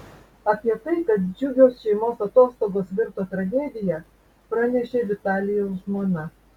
apie tai kad džiugios šeimos atostogos virto tragedija pranešė vitalijaus žmona